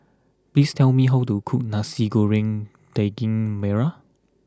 please tell me how to cook Nasi Goreng Daging Merah